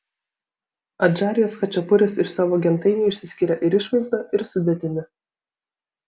adžarijos chačapuris iš savo gentainių išsiskiria ir išvaizda ir sudėtimi